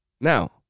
now